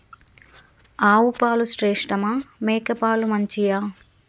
ఆవు పాలు శ్రేష్టమా మేక పాలు మంచియా?